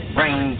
rain